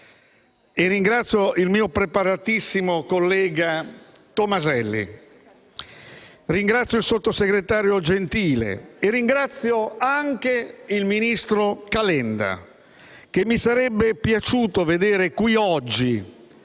Ringrazio il mio preparatissimo collega Tomaselli, il sottosegretario Gentile e anche il ministro Calenda, che mi sarebbe piaciuto vedere qui oggi,